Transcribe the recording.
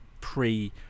pre